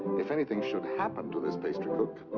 if anything should happen to this pastry cook,